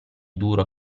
duro